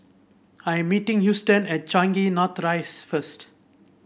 I meeting Houston at Changi North Rise first